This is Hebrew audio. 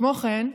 כמו כן,